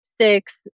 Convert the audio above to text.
six